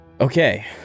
Okay